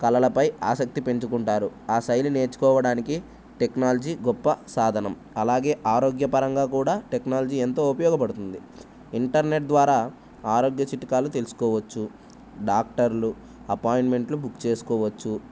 కలలపై ఆసక్తి పెంచుకుంటారు ఆ శైలి నేర్చుకోవడానికి టెక్నాలజీ గొప్ప సాధనం అలాగే ఆరోగ్యపరంగా కూడా టెక్నాలజీ ఎంతో ఉపయోగపడుతుంది ఇంటర్నెట్ ద్వారా ఆరోగ్య చిట్కాలు తెలుసుకోవచ్చు డాక్టర్లు అపాయింట్మెంట్లు బుక్ చేసుకోవచ్చు